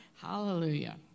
Hallelujah